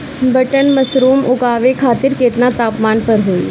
Button mushroom उगावे खातिर केतना तापमान पर होई?